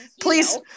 please